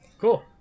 cool